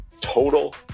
total